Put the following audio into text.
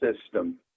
system